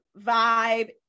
vibe